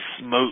Smoke